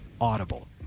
Audible